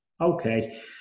Okay